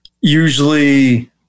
usually